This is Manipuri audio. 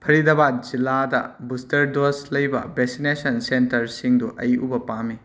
ꯐꯔꯤꯗꯥꯕꯥꯗ ꯖꯤꯜꯂꯥꯗ ꯕꯨꯁꯇꯔ ꯗꯣꯁ ꯂꯩꯕ ꯚꯦꯁꯤꯅꯦꯁꯟ ꯁꯦꯟꯇꯔꯁꯤꯡꯗꯨ ꯑꯩ ꯎꯕ ꯄꯥꯝꯏ